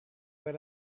per